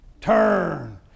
Turn